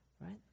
right